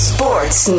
Sports